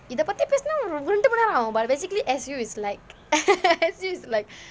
இதே பத்தி பேசுனா ரெண்டு மணி நேரம் ஆகும்:ithe pathi pesunaa rendu manineraam aakum but basically S_U is like S_U is like